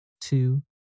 two